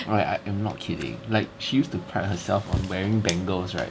like I'm not kidding like she used to pride herself on wearing bangles right